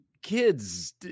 kids